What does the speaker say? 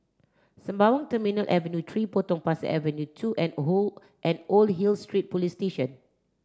Sembawang Terminal Avenue three Potong Pasir Avenue two and and Old Hill Street Police Station